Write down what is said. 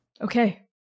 Okay